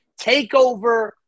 TakeOver